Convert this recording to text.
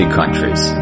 countries